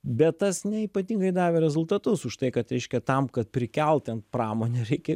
bet tas ne ypatingai davė rezultatus už tai kad reiškia tam kad prikelt ten pramonę reikia